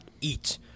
eat